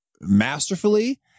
masterfully